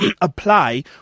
apply